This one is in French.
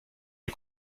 est